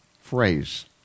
phrase